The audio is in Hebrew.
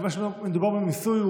מכיוון שמדובר במיסוי,